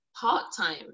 part-time